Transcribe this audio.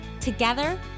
Together